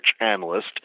analyst